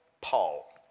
Paul